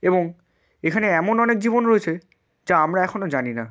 এবং এখানে এমন অনেক জীবন রয়েছে যা আমরা এখনো জানি না